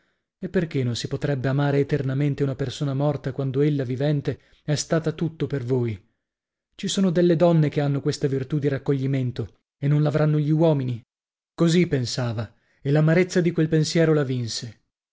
e perchè non si potrebbe amare eternamente una persona morta quando ella vivente è stata tutto per voi ci sono delle donne che hanno questa virtù di raccoglimento e non l'avranno gli uomini così pensava e l'amarezza di quel pensiero la vinse